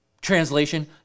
Translation